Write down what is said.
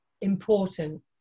important